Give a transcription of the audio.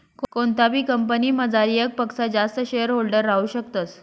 कोणताबी कंपनीमझार येकपक्सा जास्त शेअरहोल्डर राहू शकतस